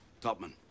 Topman